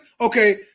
Okay